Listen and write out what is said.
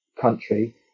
country